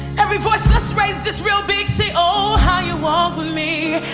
every voice let's raise this real big say oh, how you walk with me